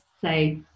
say